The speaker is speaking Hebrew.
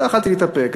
לא יכולתי להתאפק.